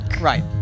Right